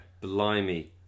blimey